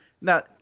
Now